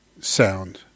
sound